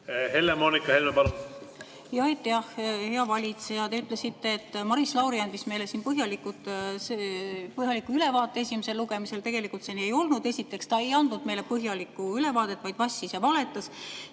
Helle‑Moonika Helme, palun! Aitäh! Hea valitseja! Te ütlesite, et Maris Lauri andis meile põhjaliku ülevaate esimesel lugemisel. Tegelikult see nii ei olnud. Esiteks, ta ei andnud meile põhjalikku ülevaadet, vaid vassis ja valetas.